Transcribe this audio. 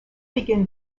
begin